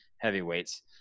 heavyweights